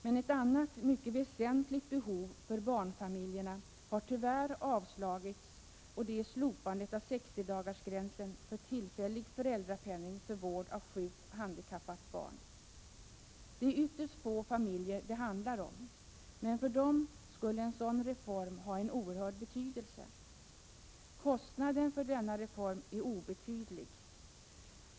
Men kravet på en annan för barnfamiljerna mycket väsentlig punkt har tyvärr avstyrkts, och det är slopandet av sextiodagarsgränsen för tillfällig föräldrapenning för vård av sjukt handikappat barn. Det är ytterst få familjer det handlar om, men för dem skulle en sådan reform ha en oerhörd betydelse. Kostnaden för denna reform är obetydlig.